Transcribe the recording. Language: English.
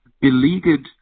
beleaguered